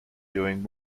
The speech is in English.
doing